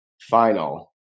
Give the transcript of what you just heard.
final